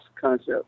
concept